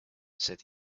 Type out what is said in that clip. said